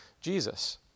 Jesus